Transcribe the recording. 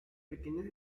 pequeñas